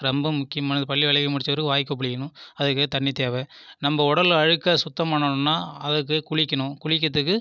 ரொம்ப முக்கியமானது பல் விளக்கி முடித்த அப்புறம் வாய் கொப்பளிக்கணும் அதுக்கு தண்ணி தேவை நம்ம உடலில் அழுக்கை சுத்தம் பண்ணணும்ன்னா அதுக்கு குளிக்கணும் குளிக்கறதுக்கு